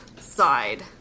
side